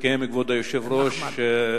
כבוד היושב-ראש,